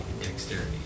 dexterity